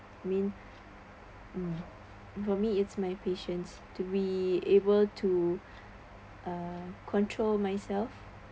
mean mm for me is my patience to be able to uh control myself